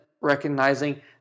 recognizing